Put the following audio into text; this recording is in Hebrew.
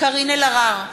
קארין אלהרר,